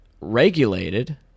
regulated